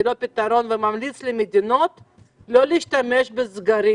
זה לא פתרון והוא אינו ממליץ למדינות להשתמש בסגרים.